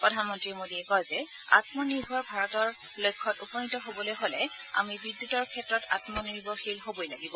প্ৰধানমন্ত্ৰী মোডীয়ে কয় যে আম্ম নিৰ্ভৰ ভাৰতৰ লক্ষ্যত উপনীত হ'বলৈ হ'লে আমি বিদ্যতৰ ক্ষেত্ৰত আমনিৰ্ভৰশীল হ'বই লাগিব